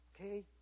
Okay